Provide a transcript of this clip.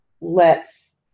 lets